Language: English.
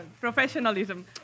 professionalism